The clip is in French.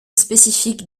spécifique